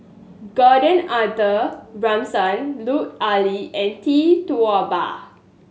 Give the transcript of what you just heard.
Gordon Arthur Ransome Lut Ali and Tee Tua Ba